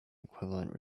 equivalent